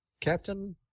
Captain